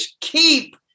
keep